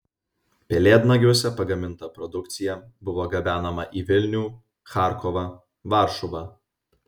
pelėdnagiuose pagaminta produkcija buvo gabenama į vilnių charkovą varšuvą